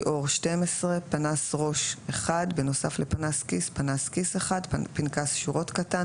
עור 12 פנס ראש (בנוסף לפנס כיס) 1 פנס כיס 1 פנקס שורות קטן